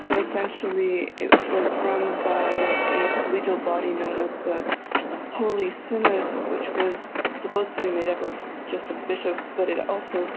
so essentially it was run by a collegial body known as the holy synod, which was supposed to be made up of, just of bishops, but it also